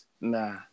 nah